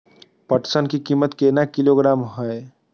पटसन की कीमत केना किलोग्राम हय?